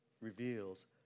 reveals